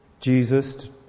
Jesus